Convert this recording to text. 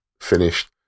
finished